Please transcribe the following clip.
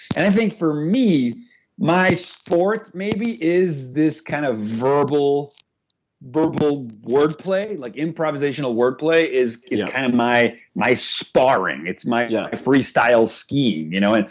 and i think for me my sport maybe is this kind of verbal verbal word play, like improvisational word play is kind of my my sparring. it's my yeah freestyle skiing, you know. and